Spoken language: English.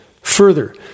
Further